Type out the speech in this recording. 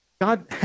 God